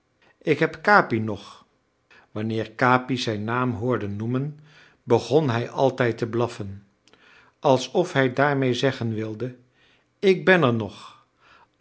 ik heb capi nog wanneer capi zijn naam hoorde noemen begon hij altijd te blaffen alsof hij daarmede zeggen wilde ik ben er nog